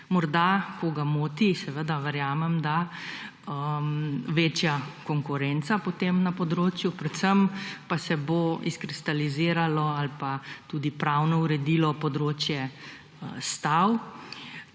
Morda koga moti, verjamem da, večja konkurenca na področju. Predvsem pa se bo izkristaliziralo pa tudi pravno uredilo področje stav.